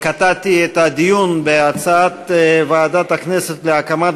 קטעתי את הדיון בהצעת ועדת הכנסת להקמת